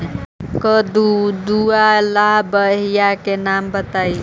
कददु ला बियाह के नाम बताहु?